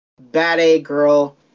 bad-a-girl